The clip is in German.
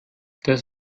das